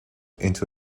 into